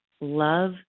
love